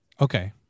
Okay